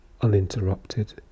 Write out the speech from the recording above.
uninterrupted